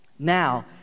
Now